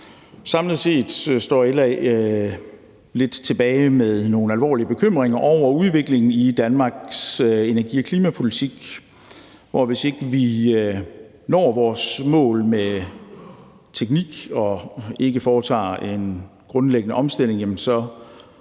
Samlet set står LA lidt tilbage med nogle alvorlige bekymringer over udviklingen i Danmarks energi- og klimapolitik. Hvis ikke vi når vores mål med teknik og ikke foretager en grundlæggende omstilling,